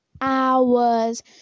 hours